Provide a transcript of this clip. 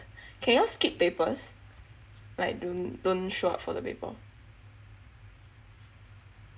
can y'all skip papers like don't don't show up for the paper